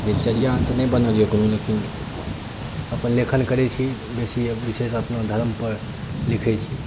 दिनचर्या तऽ नहि बनल अछि कोनो लेकिन अपन लेखन करै छी बेसी विशेष अपनो धरम पर लिखै छी